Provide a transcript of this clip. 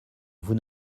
vous